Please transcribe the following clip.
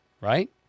right